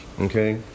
Okay